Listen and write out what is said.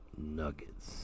Nuggets